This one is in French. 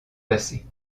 passer